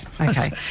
Okay